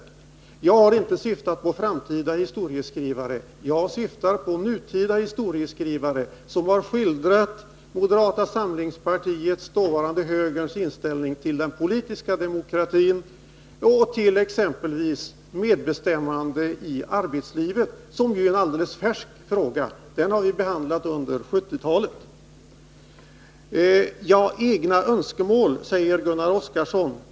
Och jag har inte syftat på framtida historieskrivare utan på nutida, som har skildrat moderata samlingspartiets — dåvarande högerns — inställning till den politiska demokratin och till exempelvis medbestämmande i arbetslivet, vilket ju är en alldeles färsk fråga; den har vi behandlat under 1970-talet. Egna önskemål talar Gunnar Oskarson om.